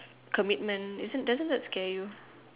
commitment isn't doesn't it scare you